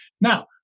Now